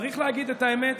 צריך להגיד את האמת,